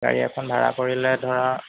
গাড়ী এখন ভাড়া কৰিলে ধৰা